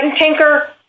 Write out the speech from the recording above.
Tinker